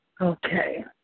Okay